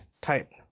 type